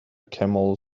camel